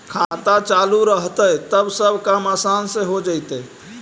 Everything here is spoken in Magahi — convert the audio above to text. खाता चालु रहतैय तब सब काम आसान से हो जैतैय?